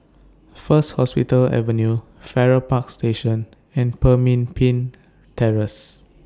First Hospital Avenue Farrer Park Station and Pemimpin Terrace